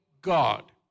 God